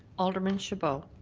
alderman chabot.